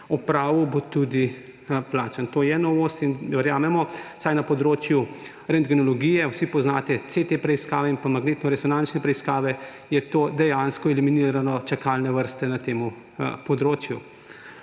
opravil, bo tudi plačan. To je novost in verjamemo, vsaj na področju rentgenologije, vsi poznate CT preiskave in magnetnoresonančne preiskave, je to dejansko eliminiralo čakalne vrste na tem področju.